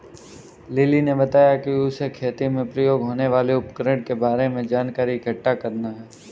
lily ने बताया कि उसे खेती में प्रयोग होने वाले उपकरण के बारे में जानकारी इकट्ठा करना है